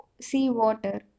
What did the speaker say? seawater